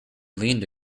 leaned